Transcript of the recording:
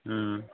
ꯎꯝ